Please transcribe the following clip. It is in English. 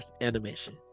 animation